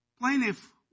Plaintiff